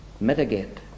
mitigate